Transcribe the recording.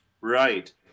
Right